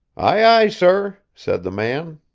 ay, ay, sir, said the man.